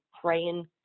praying